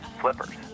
flippers